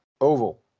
oval